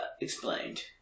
explained